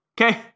okay